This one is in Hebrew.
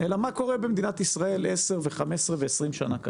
אלא מה קורה במדינת ישראל 10 ו-15 שנים קדימה.